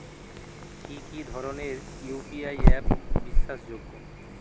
কি কি ধরনের ইউ.পি.আই অ্যাপ বিশ্বাসযোগ্য?